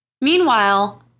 Meanwhile